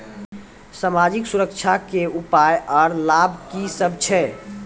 समाजिक सुरक्षा के उपाय आर लाभ की सभ छै?